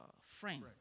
friend